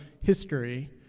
history